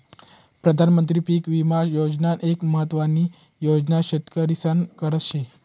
प्रधानमंत्री पीक विमा योजना एक महत्वानी योजना शेतकरीस्ना करता शे